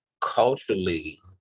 culturally